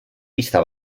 pista